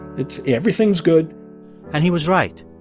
it's everything's good and he was right.